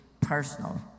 personal